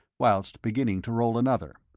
whilst beginning to roll another.